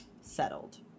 settled